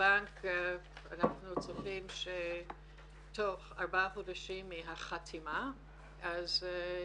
אנחנו צופים שתוך ארבעה חודשים מהחתימה על ההסכם המשפטי,